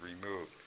remove